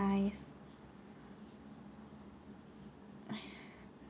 nice